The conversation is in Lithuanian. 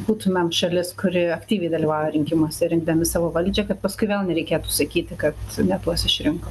būtumėm šalis kuri aktyviai dalyvauja rinkimuose rinkdami savo valdžią kad paskui vėl nereikėtų sakyti kad ne tuos išrinko